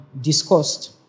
discussed